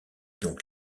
donc